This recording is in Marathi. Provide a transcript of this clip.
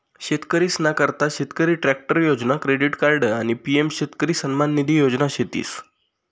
शेतकरीसना करता शेतकरी ट्रॅक्टर योजना, क्रेडिट कार्ड आणि पी.एम शेतकरी सन्मान निधी योजना शेतीस